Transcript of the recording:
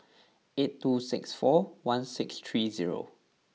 eight two six four one six three zero